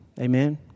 Amen